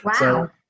wow